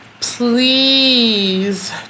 please